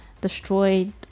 destroyed